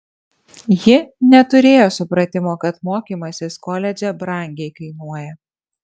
ji neturėjo supratimo kad mokymasis koledže brangiai kainuoja